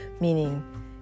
meaning